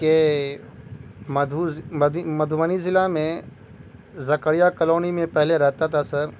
کہ مدھو مدھبنی ضلع میں زکریا کالونی میں پہلے رہتا تھا سر